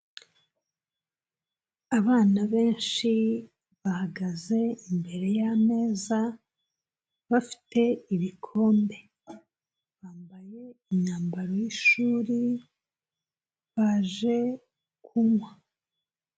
Abana benshi bahagaze imbere y'ameza bafite ibikombe, bamabaye imyambaro y'ishuri, baje kunywa.